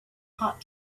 hot